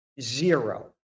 Zero